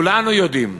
כולנו יודעים,